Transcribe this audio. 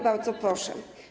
Bardzo proszę.